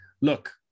look